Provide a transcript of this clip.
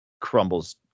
crumbles